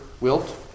Wilt